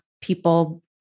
people